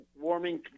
warming